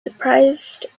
surprised